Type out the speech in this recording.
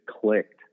clicked